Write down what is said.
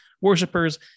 worshippers